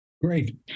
Great